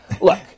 look